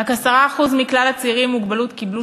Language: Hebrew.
רק 10% מכלל הצעירים עם מוגבלות קיבלו